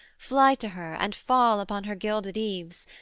fly to her, and fall upon her gilded eaves,